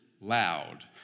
loud